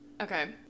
Okay